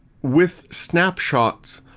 with snapshots,